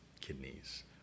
kidneys